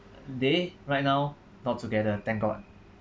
they right now not together thank god